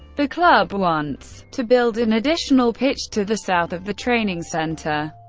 the club wants to build an additional pitch to the south of the training center.